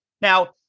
Now